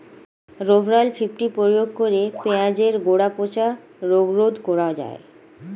Rovral fifty প্রয়োগ করে পেঁয়াজের গোড়া পচা রোগ রোধ করা যায়?